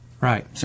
Right